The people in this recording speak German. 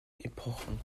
epochen